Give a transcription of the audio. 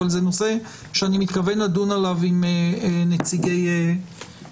אבל זה נושא שאני מתכוון לדון בו עם נציגי הסיעות.